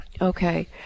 Okay